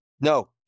No